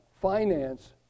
finance